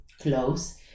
close